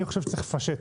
אני חושב שצריך לפשט.